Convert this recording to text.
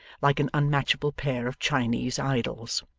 like an unmatchable pair of chinese idols.